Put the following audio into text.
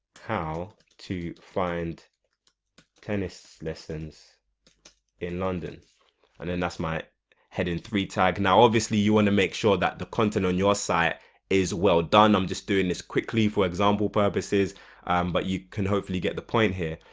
how to find tennis lessons in london and then that's my head in three tag now obviously you want and to make sure that the content on your site is well done. i'm just doing this quickly for example purposes but you can hopefully get the point here.